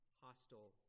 hostile